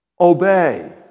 Obey